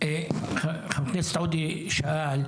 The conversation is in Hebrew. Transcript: חבר הכנסת עודה שאל,